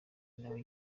nawe